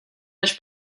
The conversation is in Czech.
než